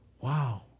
Wow